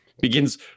begins